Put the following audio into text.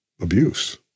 abuse